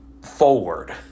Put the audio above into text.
forward